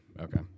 Okay